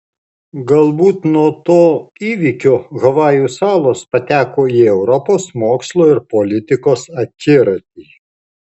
galbūt nuo to įvykio havajų salos pateko į europos mokslo ir politikos akiratį